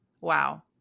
wow